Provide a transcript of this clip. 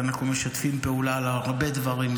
ואנחנו משתפים פעולה בהרבה דברים.